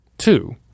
Two